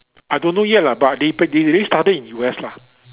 I don't know yet lah but they p~ they they started in U_S lah